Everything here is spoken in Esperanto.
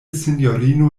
sinjorino